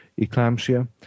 eclampsia